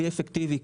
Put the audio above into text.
כלי אפקטיבי,